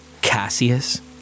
Cassius